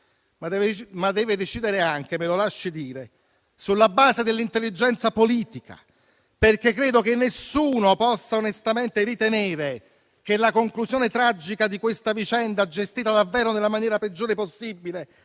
ma deve decidere anche - me lo lasci dire - sulla base dell'intelligenza politica, perché credo che nessuno possa onestamente ritenere che la conclusione tragica di questa vicenda, gestita davvero nella maniera peggiore possibile,